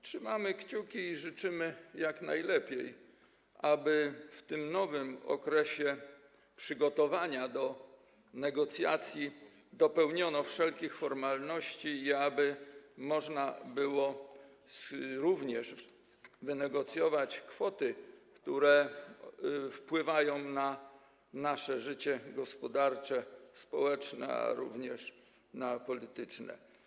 Trzymamy kciuki i życzymy jak najlepiej, aby w tym nowym okresie przygotowania do negocjacji dopełniono wszelkich formalności i aby można było również wynegocjować kwoty, które wpływają na nasze życie gospodarcze, społeczne, ale również polityczne.